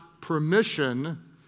permission